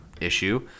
issue